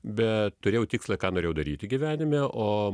bet turėjau tikslą ką norėjau daryti gyvenime o